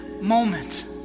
moment